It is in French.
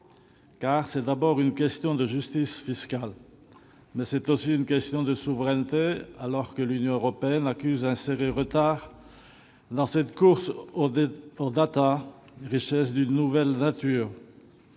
texte est d'abord une question de justice fiscale, mais aussi une question de souveraineté, alors que l'Union européenne accuse un sérieux retard dans la course aux datas, richesses d'une nouvelle nature.